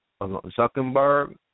Zuckerberg